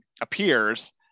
appears